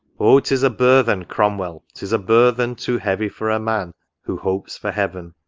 o tis a burthen, cromwell, tis a burthen too heavy for a man who hopes for heaven!